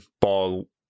ball